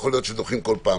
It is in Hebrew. שדוחים כל פעם.